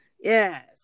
Yes